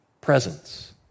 presence